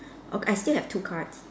okay I still have two cards